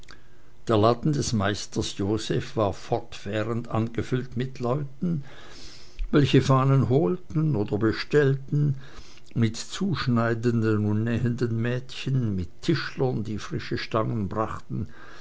der laden des meister joseph war fortwährend angefüllt mit leuten welche fahnen holten oder bestellten mit zuschneidenden und nähenden mädchen mit tischlern die frische stangen brachten